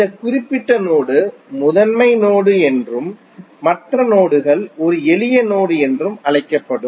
இந்த குறிப்பிட்ட நோடு முதன்மை நோடு என்றும் மற்ற நோடுகள் ஒரு எளிய நோடு என்றும் அழைக்கப்படும்